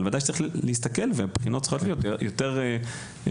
אבל וודאי שצריך להסתכל והבחינות צריכות להיות יותר מידיות.